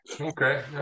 Okay